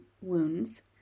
wounds